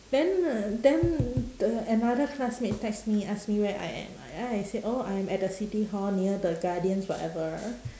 then the then the another classmate text me ask me where I am then I say oh I am at the city-hall near the guardians whatever